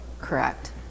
Correct